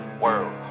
world